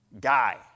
guy